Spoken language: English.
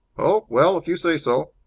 oh, well, if you say so.